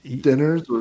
dinners